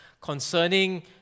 concerning